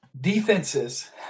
Defenses